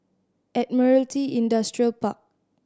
Admiralty Industrial Park